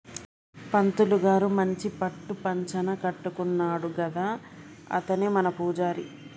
పంతులు గారు మంచి పట్టు పంచన కట్టుకున్నాడు కదా అతనే మన పూజారి